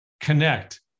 connect